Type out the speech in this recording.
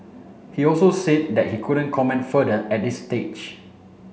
he also said that he couldn't comment further at this stage